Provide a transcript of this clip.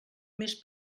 més